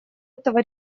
этого